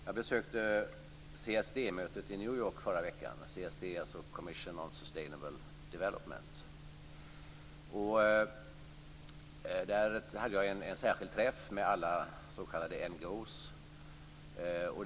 Jag besökte CSD-mötet i New York förra veckan, CSD är Comission on Sustainable Development. Där hade jag en särskild träff med alla s.k. NGO:er.